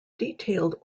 detailed